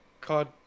card